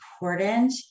important